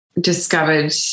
discovered